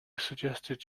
suggested